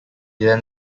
then